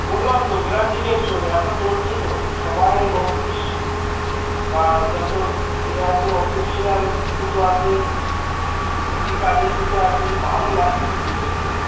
বললাম তো গ্যারান্টি টেকসই এখন চলছে তো সবাই অফিস বা যত ইয়ে আছে অফিসিয়াল জুতো আছে এমনি কাজের জুতো আছে ভালো লাস্টিংয়ের জুতো এগুলো